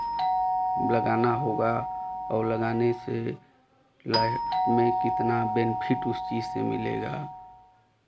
लगाना होगा और लगाने से लाइफ़ में कितना बेनिफिट उस चीज़ से मिलेगा